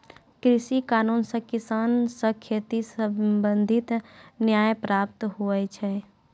कृषि कानून से किसान से खेती संबंधित न्याय प्राप्त हुवै छै